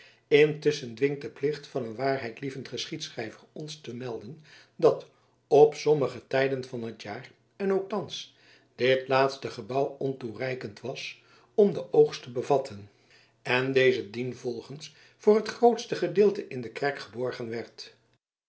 intusschen dwingt de plicht van een waarheidlievend geschiedschrijver ons te melden dat op sommige tijden van het jaar en ook thans dit laatste gebouw ontoereikend was om den oogst te bevatten en deze dienvolgens voor het grootste gedeelte in de kerk geborgen werd